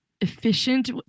efficient